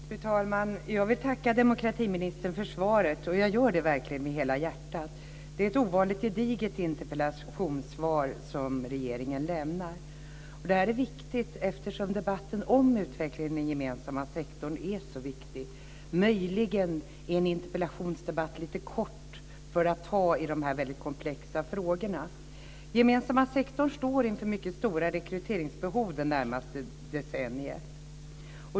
Fru talman! Jag tackar demokratiministern för svaret, och jag gör det verkligen med hela hjärtat. Det är ett ovanligt gediget interpellationssvar som statsrådet lämnar. Det är viktigt eftersom debatten om utvecklingen i den gemensamma sektorn är så viktig. Möjligen är en interpellationsdebatt lite kort för att diskutera dessa komplexa frågor. Den gemensamma sektorn står inför stora rekryteringsbehov det närmaste decenniet.